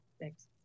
thanks